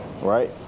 Right